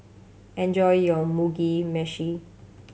enjoy your Mugi Meshi